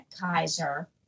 Kaiser